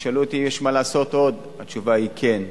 תשאלו אותי אם יש מה לעשות עוד, התשובה היא כן.